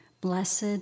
Blessed